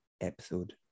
episode